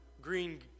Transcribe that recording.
green